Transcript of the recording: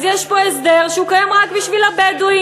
אז יש פה הסדר שהוא קיים רק בשביל הבדואים.